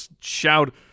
shout